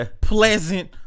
pleasant